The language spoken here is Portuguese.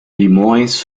limões